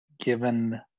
given